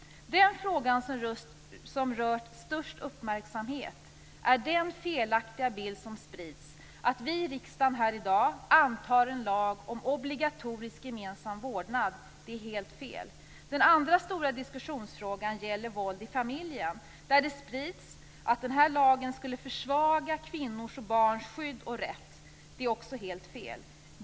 Det som rönt störst uppmärksamhet är den felaktiga bild som sprids av att vi i riksdagen här i dag antar en lag om obligatorisk gemensam vårdnad. Det är helt fel. Den andra stora diskussionsfrågan gäller våld i familjen. Uppfattningen att lagen skulle försvaga kvinnors och barns skydd och rätt sprids. Det är också helt fel.